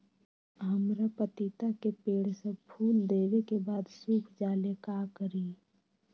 हमरा पतिता के पेड़ सब फुल देबे के बाद सुख जाले का करी?